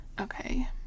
Okay